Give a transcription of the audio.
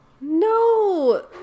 No